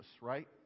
right